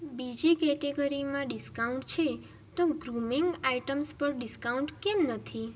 બીજી કેટેગરીમાં ડિસ્કાઉન્ટ છે તો ગ્રુમિંગ આઇટમ્સ પર ડિસ્કાઉન્ટ કેમ નથી